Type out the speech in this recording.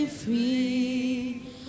Free